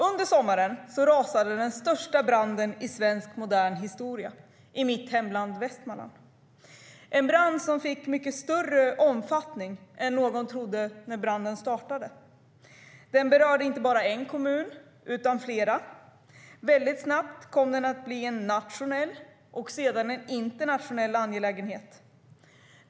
Under sommaren rasade den största branden i svensk modern historia i mitt hemlän Västmanland. Det var en brand som fick en mycket större omfattning än någon trodde när branden startade. Branden berörde inte bara en kommun utan flera. Snabbt kom den att bli en nationell och sedan en internationell angelägenhet.